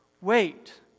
Wait